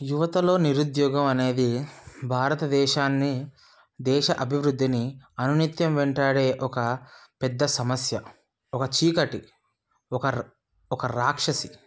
యువతలో నిరుద్యోగం అనేది భారతదేశాన్ని దేశ అభివృద్ధిని అనునిత్యం వెంటాడే ఒక పెద్ద సమస్య ఒక చీకటి ఒక ఒక రాక్షసి